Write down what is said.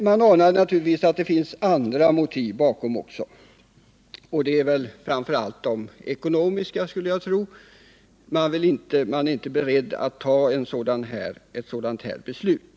Man anar emellertid även andra motiv bakom, framför allt ekonomiska. Majoriteten är inte beredd att fatta ett sådant beslut.